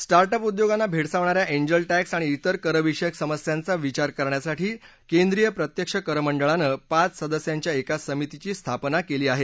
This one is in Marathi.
स्टार्ट अप उद्योगांना भेडसावणाऱ्या एंजल टक्स आणि इतर करविषयक समस्यांचा विचार करण्यासाठी केंद्रीय प्रत्यक्ष कर मंडळानं पाच सदस्यांच्या एका समितीची स्थापना केली आहे